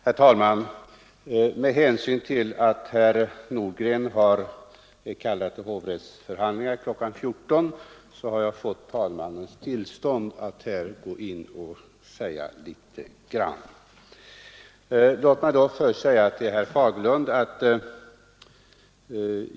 Herr talman! Med hänsyn till att herr Nordgren har blivit kallad till hovrättsförhandlingar kl. 14 har jag fått talmannens tillstånd att här gå in och säga några ord.